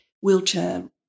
wheelchair